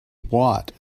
watt